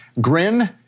Grin